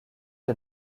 est